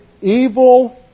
evil